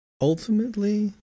Ultimately